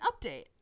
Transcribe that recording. update